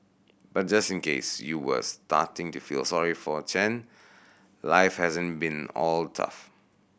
but just in case you were starting to feel sorry for Chen life hasn't been all tough